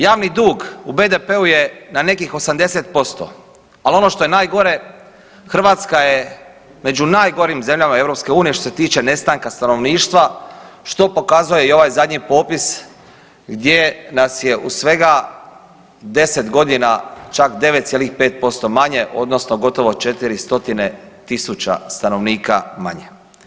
Javni dug u BDP-u je na nekih 80%, ali ono što je najgore, Hrvatska je među najgorim zemljama EU što se tiče nestanka stanovništva što pokazuje i ovaj zadnji popis gdje nas je u svega 10 godina čak 9,5% manje odnosno gotovo 400.000 stanovnika manje.